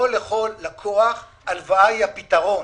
לא יכול לקוח הלוואה היא הפתרון.